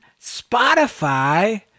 Spotify